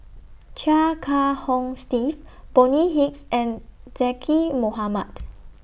Chia Kiah Hong Steve Bonny Hicks and Zaqy Mohamad